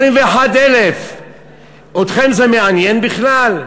21,000. אתכם זה מעניין בכלל?